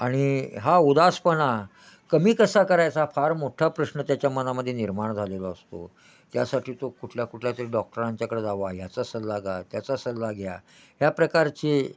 आणि हा उदासपणा कमी कसा करायचा फार मोठा प्रश्न त्याच्या मनामध्ये निर्माण झालेला असतो त्यासाठी तो कुठल्या कुठल्या तरी डॉक्टरांच्या कडं जावा याचा सल्ला गा त्याचा सल्ला घ्या ह्या प्रकारचे